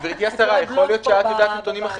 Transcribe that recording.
גברתי השרה, יכול להיות שאת יודעת נתונים אחרים.